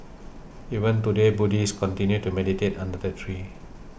even today Buddhists continue to meditate under the tree